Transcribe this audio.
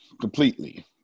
completely